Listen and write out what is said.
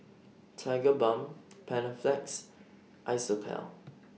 Tigerbalm Panaflex Isocal